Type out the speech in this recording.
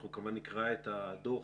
אנחנו כמובן נקרא את הדוח,